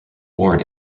warn